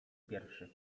pierwszy